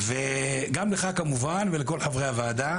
וגם לך, כמובן, ולכל חברי הוועדה.